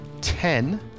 Ten